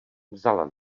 vzala